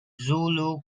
zulu